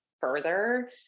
further